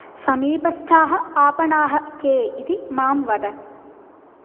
समीपस्थाः आपणाः के इति मां वद